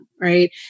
right